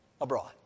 abroad